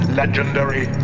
legendary